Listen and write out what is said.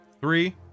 three